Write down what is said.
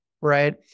right